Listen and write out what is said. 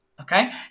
okay